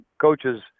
coaches